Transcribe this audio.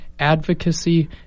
advocacy